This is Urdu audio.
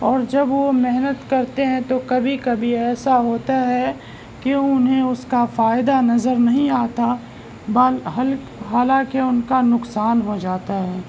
اور جب وہ محنت کرتے ہیں تو کبھی کبھی ایسا ہوتا ہے کہ انہیں اس کا فائدہ نظر نہیں آتا حالانکہ ان کا نقصان ہو جاتا ہے